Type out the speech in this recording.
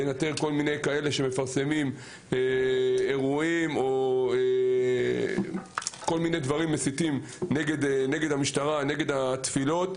לנטר כאלה שמפרסמים אירועים או דברים מסיתים נגד המשטרה והתפילות.